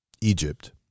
Egypt